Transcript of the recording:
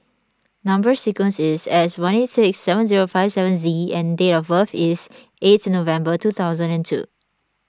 Number Sequence is S one eight six seven zero five seven Z and date of birth is eighth November two thousand and two